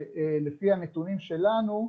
שלפי הנתונים שלנו,